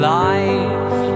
life